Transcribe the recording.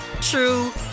true